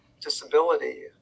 disability